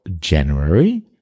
January